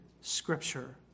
scripture